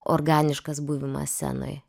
organiškas buvimas scenoj